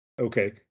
Okay